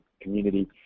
community